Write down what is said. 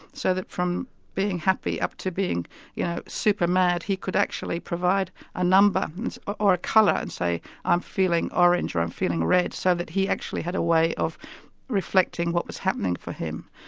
so that from being happy up to being you know super-mad he could actually provide a number and or a colour and say i'm feeling orange or i'm feeling red so that he actually had a way of reflecting what was happening for him.